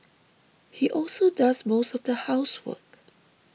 he also does most of the housework